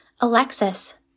alexis